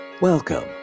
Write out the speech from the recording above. Welcome